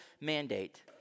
mandate